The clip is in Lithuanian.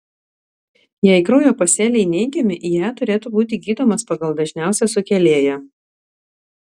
jei kraujo pasėliai neigiami ie turėtų būti gydomas pagal dažniausią sukėlėją